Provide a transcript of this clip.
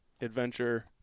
adventure